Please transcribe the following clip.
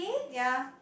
ya